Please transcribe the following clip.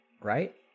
right